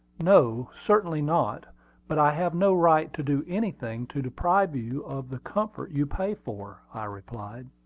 no, certainly not but i have no right to do anything to deprive you of the comfort you pay for, i replied.